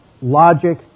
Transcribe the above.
logic